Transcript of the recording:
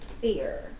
fear